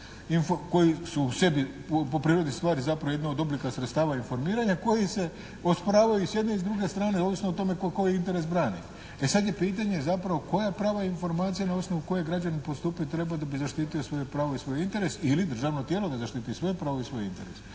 koji su sebi po prirodi stvari zapravo jedan od oblika sredstava za informiranje koji se osporavaju i s jedne i s druge strane ovisno o tome tko koji interes brani. E sada je pitanje zapravo koja prava informacija na osnovu koje građanin postupit treba da bi zaštitio svoje pravo i svoj interes ili državno tijelo da zaštititi svoje pravo i svoj interes.